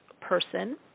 person